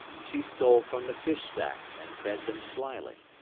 she stole from the fish-sacks and fed them slyly.